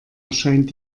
erscheint